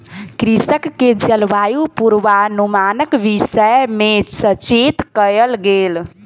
कृषक के जलवायु पूर्वानुमानक विषय में सचेत कयल गेल